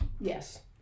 Yes